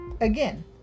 again